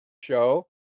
show